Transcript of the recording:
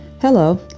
Hello